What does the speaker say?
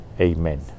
Amen